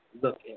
look